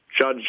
Judge